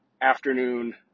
afternoon